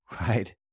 right